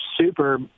super